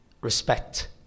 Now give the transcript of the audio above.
Respect